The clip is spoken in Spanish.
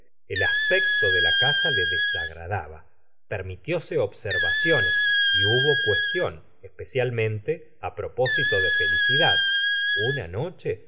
el aspecto de la casa le desagradaba permitióse observaciones y hubo cuestión especialmente á propósito de felicidad una noche